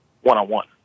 one-on-one